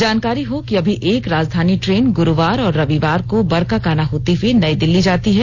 जानकारी हो कि अभी एक राजधानी ट्रेन गुरूवार और रविवार को बरकाकाना होते हुए नई दिल्ली जाती है